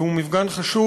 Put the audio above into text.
והוא מפגן חשוב,